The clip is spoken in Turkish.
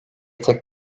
tek